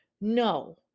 no